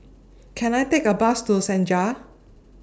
Can I Take A Bus to Senja